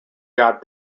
got